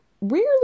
rarely